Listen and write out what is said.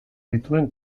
dituen